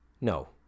No